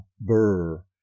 burr